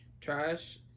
Trash